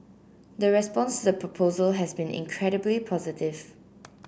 the response to the proposal has been incredibly positive